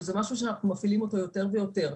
שזה משהו שאנחנו מפעילים אותו יותר ויותר.